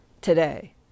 today